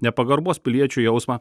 nepagarbos piliečių jausmą